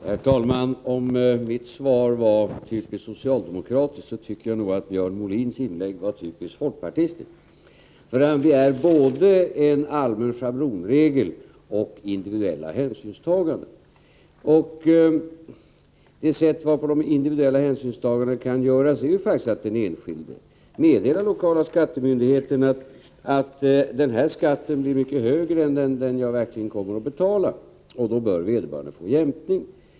Herr talman! Om mitt svar var typiskt socialdemokratiskt, tycker jag nog att Björn Molins inlägg var typiskt folkpartistiskt. Han begärde både en allmän schablonregel och individuella hänsynstaganden. Det sätt varpå de individuella hänsynstagandena kan göras är faktiskt att den enskilde meddelar den lokala skattemyndigheten att skatten blir mycket högre än den han skall betala. Då bör vederbörande få jämkning.